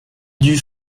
dut